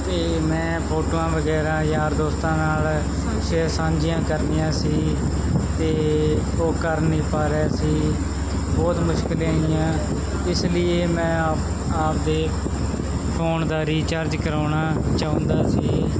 ਅਤੇ ਮੈਂ ਫੋਟੋਆਂ ਵਗੈਰਾ ਯਾਰ ਦੋਸਤਾਂ ਨਾਲ ਸਾਂਝੀਆਂ ਕਰਨੀਆਂ ਸੀ ਅਤੇ ਉਹ ਕਰ ਨਹੀਂ ਪਾ ਰਹੇ ਸੀ ਬਹੁਤ ਮੁਸ਼ਕਿਲਾਂ ਆਈਆਂ ਇਸ ਲਈ ਮੈਂ ਆਪ ਆਪਦੇ ਫੋਨ ਦਾ ਰੀਚਾਰਜ ਕਰਾਉਣਾ ਚਾਹੁੰਦਾ ਸੀ